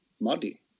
muddy